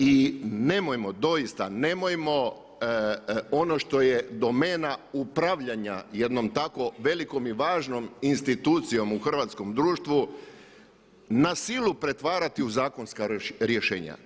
I nemojmo doista, nemojmo ono što je domena upravljanja jednom tako velikom i važnom institucijom u hrvatskom društvu na silu pretvarati u zakonska rješenja.